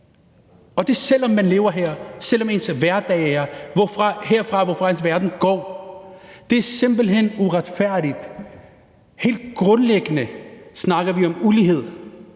og det selv om man lever her, selv om ens hverdag er her, og det er herfra, ens verden går. Det er simpelt hen uretfærdigt, og helt grundlæggende snakker vi om ulighed.